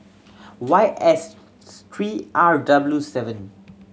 Y S three R W seven